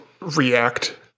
React